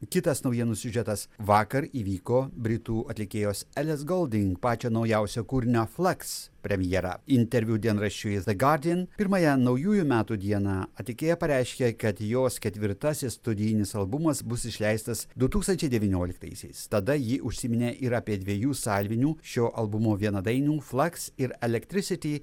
kitas naujienų siužetas vakar įvyko britų atlikėjos eles golding pačio naujausio kūrinio flaks premjera interviu dienraščiui gardin pirmąją naujųjų metų dieną atlikėja pareiškė kad jos ketvirtasis studijinis albumas bus išleistas du tūkstančiai devynioliktaisiais tada ji užsiminė ir apie dviejų salvinių šio albumo vienadainių flaks ir elektrisiti